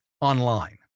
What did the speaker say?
online